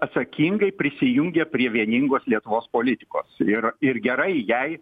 atsakingai prisijungė prie vieningos lietuvos politikos ir ir gerai jai